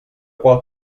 qual